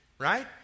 right